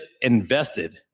invested